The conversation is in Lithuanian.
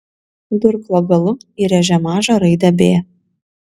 durklo galu įrėžė mažą raidę b